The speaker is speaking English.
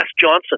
Johnson